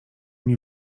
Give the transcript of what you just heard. nie